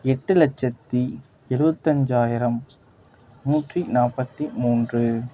எட்டு லட்சத்து இருபத்தஞ்சாயிரம் நூற்றி நாற்பத்தி மூன்று